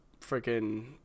freaking